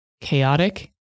chaotic